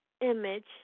image